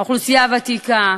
האוכלוסייה הוותיקה,